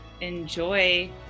enjoy